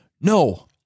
No